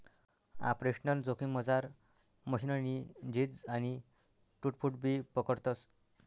operational जोखिममझार मशीननी झीज आणि टूट फूटबी पकडतस